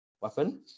weapon